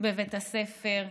בבית הספר.